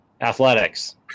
Athletics